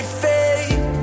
fade